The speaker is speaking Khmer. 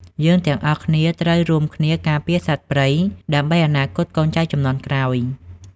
យើងទាំងអស់គ្នាត្រូវរួមគ្នាការពារសត្វព្រៃ ដើម្បីអនាគតកូនចៅជំនាន់ក្រោយ។